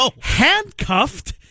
handcuffed